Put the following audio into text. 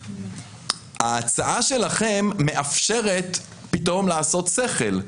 ההצעה שלכם מאפשרת פתאום לעשות שכל,